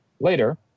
Later